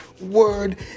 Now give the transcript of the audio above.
word